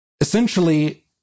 essentially